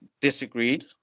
disagreed